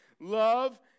Love